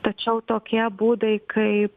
tačiau tokie būdai kaip